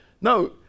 no